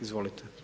Izvolite.